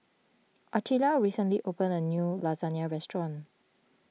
Artelia recently opened a new Lasagna restaurant